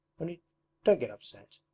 only don't get upset